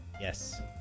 Yes